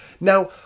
Now